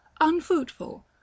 unfruitful